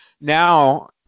Now